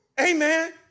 Amen